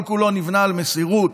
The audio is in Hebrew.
כל-כולו נבנה על מסירות.